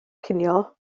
cinio